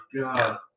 god